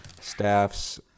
Staffs